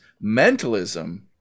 mentalism